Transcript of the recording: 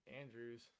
Andrews